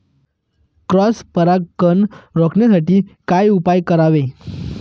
Cross परागकण रोखण्यासाठी काय उपाय करावे?